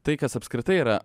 tai kas apskritai yra